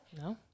No